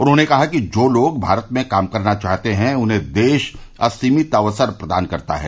उन्होंने कहा कि जो लोग भारत में काम करना चाहते हैं उन्हें देश असीमित अवसर प्रदान करता है